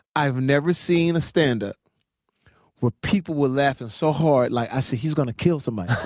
i've never seen a standup where people were laughing so hard, like i say he's gonna kill somebody.